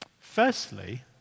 Firstly